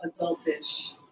adultish